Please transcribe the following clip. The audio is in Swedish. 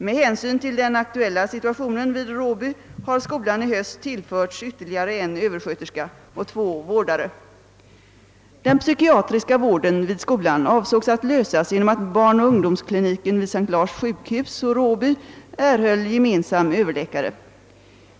Med hänsyn till den aktuella situationen vid Råby har skolan i höst tillförts ytterligare en översköterska och två vårdare. Den psykiatriska vården vid skolan avsågs att lösas genom att barnoch ungdomskliniken vid S:t Lars sjukhus och Råby erhöll gemensam överläkare.